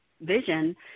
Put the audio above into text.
vision